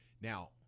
Now